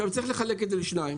צריך לחלק את זה לשניים.